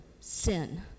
Sin